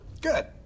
Good